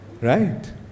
right